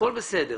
הכול בסדר,